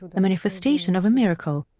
a manifestation of a miracle?